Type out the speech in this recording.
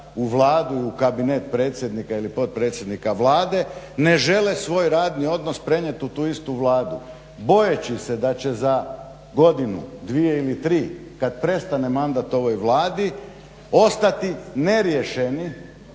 u Vladu i u kabinet predsjednika ili potpredsjednika Vlade ne žele svoj radni odnos prenijeti u tu istu Vladu bojeći se da će za godinu, dvije ili tri kad prestane mandate ovoj Vladi ostati neriješeni,